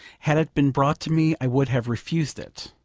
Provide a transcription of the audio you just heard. had it been brought to me, i would have refused it.